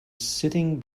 sitting